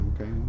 Okay